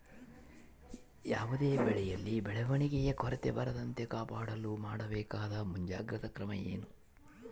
ಯಾವುದೇ ಬೆಳೆಯಲ್ಲಿ ಬೆಳವಣಿಗೆಯ ಕೊರತೆ ಬರದಂತೆ ಕಾಪಾಡಲು ಮಾಡಬೇಕಾದ ಮುಂಜಾಗ್ರತಾ ಕ್ರಮ ಏನು?